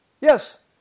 Yes